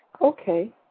okay